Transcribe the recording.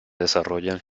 desarrollan